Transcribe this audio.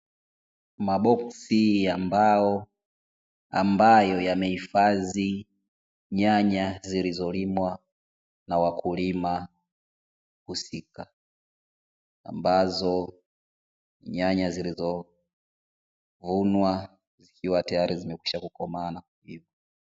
Maboksi ya mbao ambayo yamehifadhi nyanya zilizolimwa na wakulima husika. Ambazo nyanya zilizovunwa zikiwa tayari zimekwisha kukomaa na kuiva.